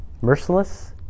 merciless